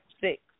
six